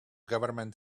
government